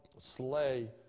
slay